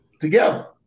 together